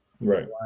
Right